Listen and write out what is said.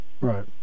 Right